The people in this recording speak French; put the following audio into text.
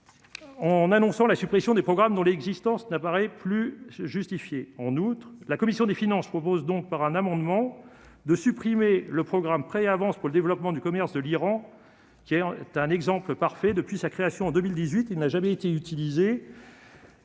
En annonçant la suppression des programmes dont l'existence n'apparaît plus justifiée, en outre, la commission des finances propose donc par un amendement de supprimer le programme près avance pour le développement du commerce de l'Iran qui est un exemple parfait depuis sa création en 2018, il n'a jamais été utilisée.